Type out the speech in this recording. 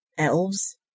Elves